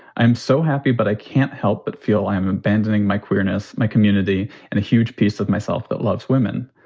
i'm so happy, but i can't help but feel like i'm abandoning my queerness, my community and a huge piece of myself that loves women.